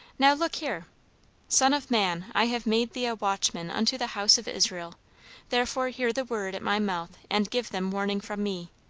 now look here son of man, i have made thee a watchman unto the house of israel therefore hear the word at my mouth and give them warning from me